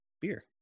beer